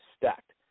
stacked